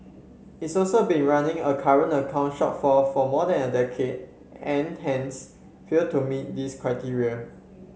it's also been running a current account shortfall for more than a decade and hence fail to meet this criteria